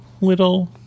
little